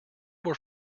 more